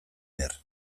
behar